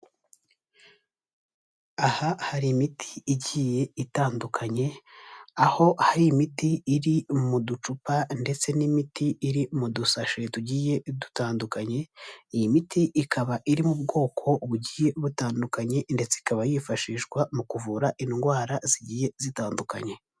Aha hari imiti igiye itandukanye, aho hari imiti iri mu ducupa, ndetse n'imiti iri mu dusashe tugiye dutandukanye, iyi miti ikaba iri mu bwoko bugiye butandukanye, ndetse ikaba yifashishwa mu kuvura indwara zigiye zitandukanye.